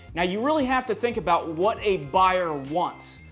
now you really have to think about what a buyer wants,